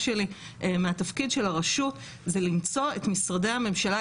שלי מהתפקיד של הרשות זה למצוא את משרדי הממשלה,